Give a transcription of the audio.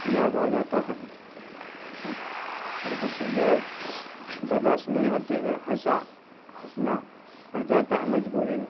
یاد آ جاتا ہے پھر ہنسی جو ہے برداشت نہیں ہوتی ہے ہنسا ہنسنا پڑ جاتا ہے مجبوری میں